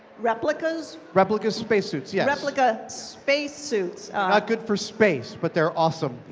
replicas? replica spacesuits, yes. replica spacesuits. not good for space, but they're awesome